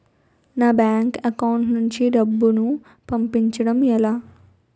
నా bank account నుంచి డబ్బును పంపించడం ఎలా?